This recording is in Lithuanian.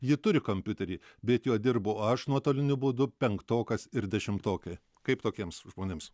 ji turi kompiuterį bet juo dirbu aš nuotoliniu būdu penktokas ir dešimtokai kaip tokiems žmonėms